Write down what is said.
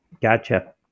Gotcha